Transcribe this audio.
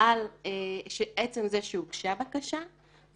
על עצם זה שהוגשה בקשה,